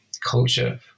culture